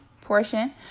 portion